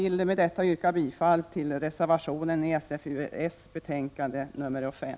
Med detta yrkar jag bifall till reservationen i socialförsäkringsutskottets betänkande 5.